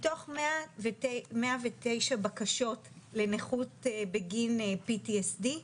מתוך 109 בקשות לנכות בגין PTSD,